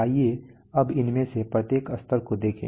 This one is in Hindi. आइए अब इनमें से प्रत्येक स्तर को देखें